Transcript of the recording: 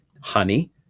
Honey